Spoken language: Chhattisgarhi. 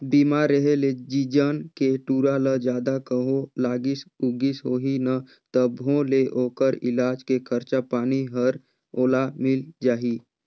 बीमा रेहे ले तीजन के टूरा ल जादा कहों लागिस उगिस होही न तभों ले ओखर इलाज के खरचा पानी हर ओला मिल जाही